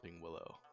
Willow